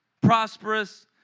prosperous